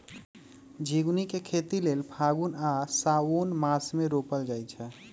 झिगुनी के खेती लेल फागुन आ साओंन मासमे रोपल जाइ छै